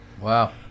Wow